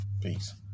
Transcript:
Peace